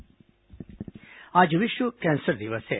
विश्व कैंसर दिवस आज विश्व कैंसर दिवस है